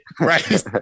Right